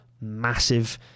massive